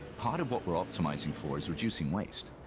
part of what we're optimizing for is reducing waste.